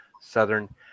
Southern